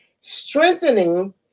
strengthening